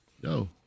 yo